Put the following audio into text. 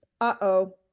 uh-oh